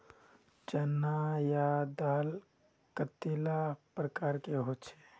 चना या दाल कतेला प्रकारेर होचे?